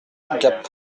gap